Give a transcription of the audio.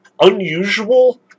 unusual